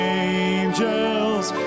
angels